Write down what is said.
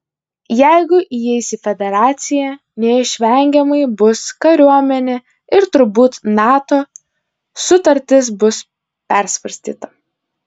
jeigu įeis į federaciją neišvengiamai bus kariuomenė ir turbūt nato sutartis bus persvarstyta